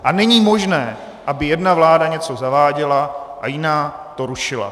A není možné, aby jedna vláda něco zaváděla a jiná to rušila.